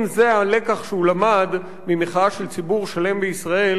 אם זה הלקח שהוא למד ממחאה של ציבור שלם בישראל,